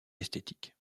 esthétiques